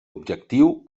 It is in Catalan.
objectiu